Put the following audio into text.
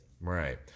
right